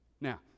Now